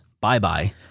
bye-bye